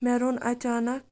مےٚ روٚن اَچانک